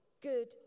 good